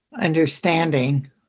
understanding